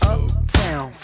Uptown